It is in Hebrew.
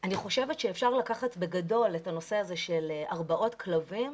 אני חושבת שאפשר לקחת בגדול את הנושא הזה של הרבעות כלבים,